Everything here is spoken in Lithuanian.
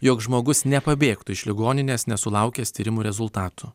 jog žmogus nepabėgtų iš ligoninės nesulaukęs tyrimų rezultatų